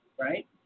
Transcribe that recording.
right